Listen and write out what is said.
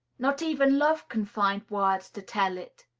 not even love can find words to tell it.